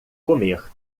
comer